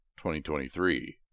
2023